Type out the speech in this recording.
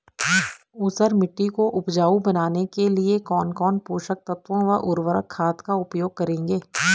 ऊसर मिट्टी को उपजाऊ बनाने के लिए कौन कौन पोषक तत्वों व उर्वरक खाद का उपयोग करेंगे?